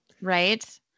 Right